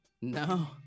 No